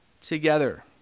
together